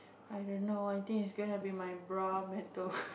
i don't know I think it's going to be my bra metal